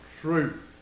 truth